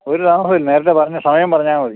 ഒരു തമാസവുമില്ല നേരത്തെ പറഞ്ഞാൽ സമയം പറഞ്ഞാൽ മതി